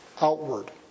outward